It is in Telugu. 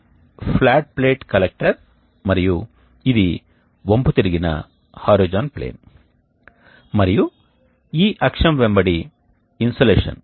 ఇది ఇటువైపు ఉంటుంది మరియు మిగిలిన కాలమంతా ఇది మరొక వైపు ఉంటుంది ఇది ఈ వైపున ఉన్నప్పుడు చల్లటి గాలి లోపలికి వస్తోందని అనుకుందాం ఆపై చల్లని గాలి ఈ మార్గం గుండా వెళ్లి దాని గుండా వెళ్ళాలి